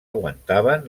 aguantaven